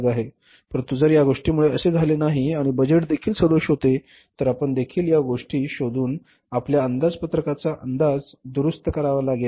परंतु जर या गोष्टीमुळे असे झाले नाही आणि बजेटदेखील सदोष होते तर आपण देखील या गोष्टी शोधून आपल्या अंदाजपत्रकाचा अंदाज दुरुस्त करावा लागेल